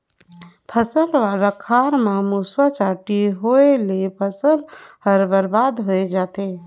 फसल वाला खार म मूसवा, चांटी होवयले फसल हर बरबाद होए जाथे